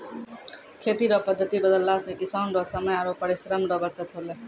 खेती रो पद्धति बदलला से किसान रो समय आरु परिश्रम रो बचत होलै